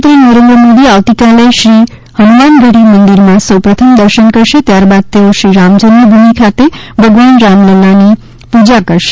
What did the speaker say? પ્રધાનમંત્રી આવતીકાલે શ્રી હનુમાનગઢી મંદિરમાં સૌ પ્રથમ દર્શન કરશે ત્યારબાદ તેઓ શ્રી રામ જન્મભૂમિ ખાતે ભગવાન રામલલાની પૂજા કરશે